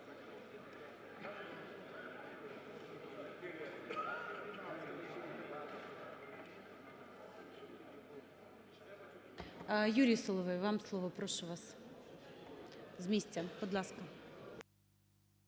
Юрій Соловей вам слово, прошу вас з місця. Будь ласка.